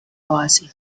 base